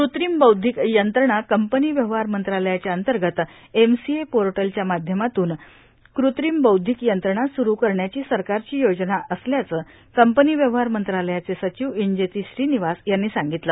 कृत्रिम बौद्धिक यंत्रणा कंपनी व्यवहार मंत्रालयाच्या अंतर्गत एमसीए पोर्टलच्या माध्यमातून कृत्रिम बौद्धिक यंत्रणा सुरू करण्याची सरकारची योजना असल्याचं कंपनी व्यवहार मंत्रालयाचे सचिव इंजेति श्रीनिवास यांनी सांगितलं